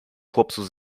chłopców